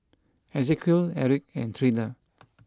Ezequiel Erik and Treena